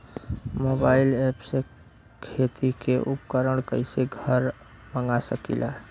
Mobile ऐपसे खेती के उपकरण कइसे घर मगा सकीला?